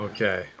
Okay